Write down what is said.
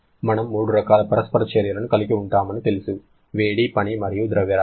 మనము మూడు రకాల పరస్పర చర్యలను కలిగి ఉంటామని తెలుసు వేడి పని మరియు ద్రవ్యరాశి